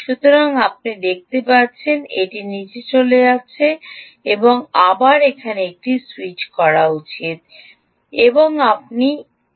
সুতরাং আপনি দেখতে পাচ্ছেন এটি নীচে চলেছে আবার এখানে এটি স্যুইচ করা উচিত এবং আবার আপনি এখানে স্যুইচ অফ করবেন